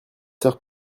sœur